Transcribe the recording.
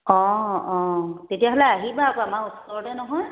অঁ অঁ তেতিয়াহ'লে আহিবা আকৌ আমাৰ ওচৰতে নহয়